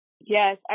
Yes